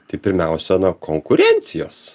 tai pirmiausia nuo konkurencijos